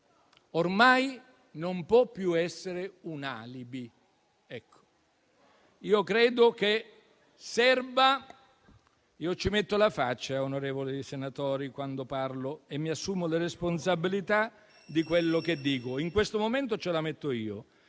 ormai non può più essere un alibi.